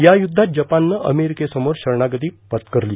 या युद्धात जपाननं अमेरिकेसमोर शरणागती पत्करील